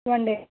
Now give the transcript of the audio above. one day